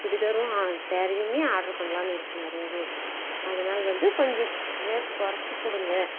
சுடிதாரும் ஸேரீயுமே ஆர்டர் பண்ணலான்னு இருக்கேன் நிறையாவே அதனால் வந்து கொஞ்சம் ரேட்டு கொறச்சுக் கொடுங்க